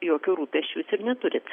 jokių rūpesčių jūs ir neturit